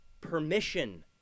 permission